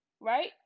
Right